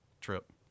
trip